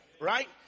Right